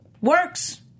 Works